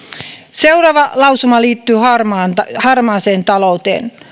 seuraava lausuma liittyy harmaaseen talouteen